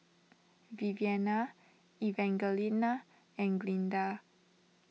Viviana Evangelina and Glinda